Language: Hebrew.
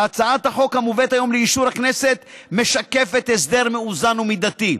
והצעת החוק המובאת היום לאישור הכנסת משקפת הסדר מאוזן ומידתי.